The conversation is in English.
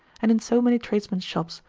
and in so many tradesmen's shops,